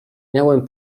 miałem